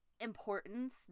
Importance